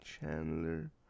Chandler